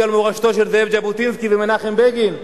על המורשת של זאב ז'בוטינסקי ומנחם בגין,